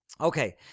Okay